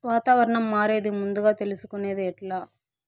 వాతావరణం మారేది ముందుగా తెలుసుకొనేది ఎట్లా?